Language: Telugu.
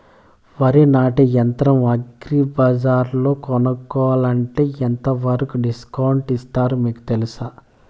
వరి నాటే యంత్రం అగ్రి బజార్లో కొనుక్కోవాలంటే ఎంతవరకు డిస్కౌంట్ ఇస్తారు మీకు తెలుసా?